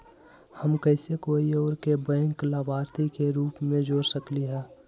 हम कैसे कोई और के बैंक लाभार्थी के रूप में जोर सकली ह?